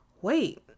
wait